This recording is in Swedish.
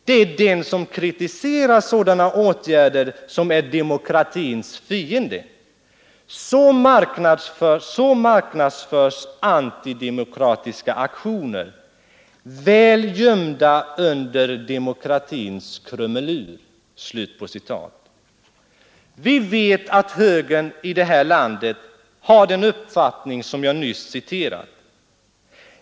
Det är den som kritiserar såna åtgärder som är demokratins fiende. — Så marknadsförs antidemokratiska aktioner, väl gömda under demokratins krumelurer.” Vi vet att högern i det här landet har den uppfattning som jag nyss citerat.